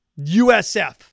USF